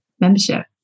membership